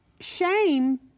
shame